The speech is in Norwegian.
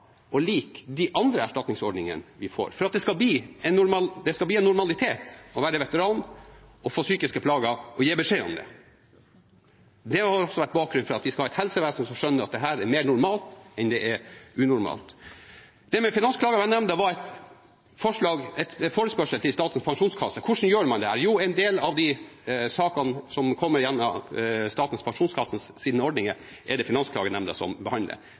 lik de andre erstatningsordningene som vi kan få det, for det skal bli en normalitet å være veteran og gi beskjed om det hvis man får psykiske plager. Det har også vært bakgrunnen for at vi skal ha et helsevesen som skjønner at dette er mer normalt enn det er unormalt. Det med Finansklagenemnda var en forespørsel til Statens pensjonskasse: Hvordan gjør man dette? Jo, en del av de sakene som kommer gjennom Statens pensjonskasses ordninger, er det Finansklagenemnda som behandler.